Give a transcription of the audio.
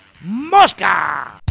Mosca